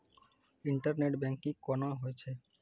Internet banking कोना होय छै?